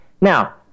Now